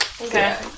Okay